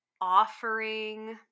offering